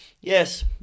Yes